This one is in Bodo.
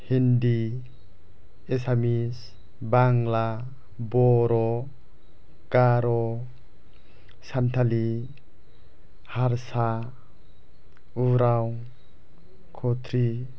हिन्दी एसामिस बांला बर' गार' सान्थालि हारसा उराव खथ्रि